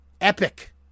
epic